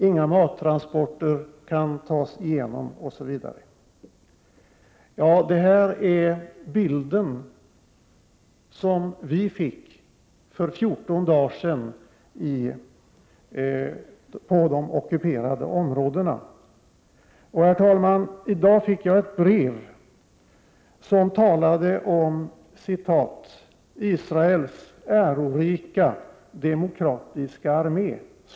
Inga mattransporter kan tas igenom osv. Det här är den bild som vi fick för 14 dagar sedan i de ockuperade områdena. Herr talman! I dag fick jag ett brev som talade om ”Israels ärorika demokratiska armé”.